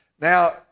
Now